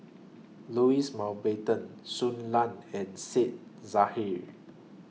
Louis Mountbatten Shui Lan and Said Zahari